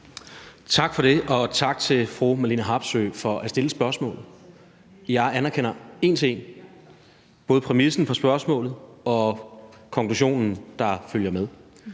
Tak for det, og tak til fru Marlene Harpsøe for at stille spørgsmålet. Jeg anerkender en til en både præmissen for spørgsmålet og konklusionen, der følger med.